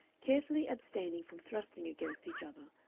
carefully abstaining from thrusting against each other,